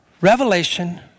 Revelation